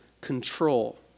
control